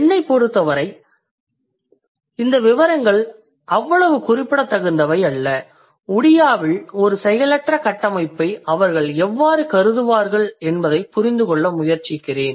என்னைப் பொறுத்தவரை இந்த விவரங்கள் அவ்வளவு குறிப்பிடத்தகுந்தவை அல்ல ஒடியாவில் ஒரு செயலற்ற கட்டமைப்பை அவர்கள் எவ்வாறு கருதுவார்கள் என்பதைப் புரிந்துகொள்ள முயற்சிக்கிறேன்